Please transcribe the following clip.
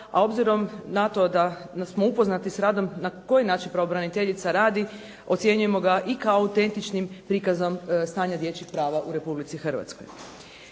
a obzirom na to da smo upoznati sa radom na koji način pravobraniteljica radi ocjenjujemo ga i kao autentičnim prikazom stanja dječjih prava u Republici Hrvatskoj.